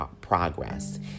progress